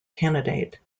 candidate